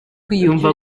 kwiyumva